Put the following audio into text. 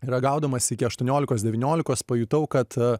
ragaudamas iki aštuoniolikos devyniolikos pajutau kad